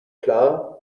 klar